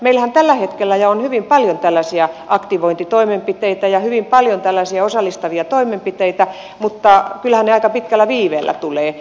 meillähän jo tällä hetkellä on hyvin paljon tällaisia aktivointitoimenpiteitä ja osallistavia toimenpiteitä mutta kyllähän ne aika pitkällä viiveellä tulevat